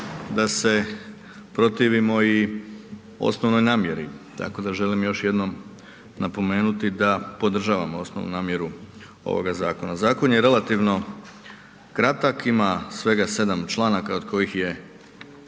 da se protivimo i osnovnoj namjeri, tako da želim još jednom napomenuti da podržavamo osnovnu namjeru ovoga zakona. Zakon je relativno kratak, ima svega 7 članaka od kojih su